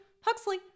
Huxley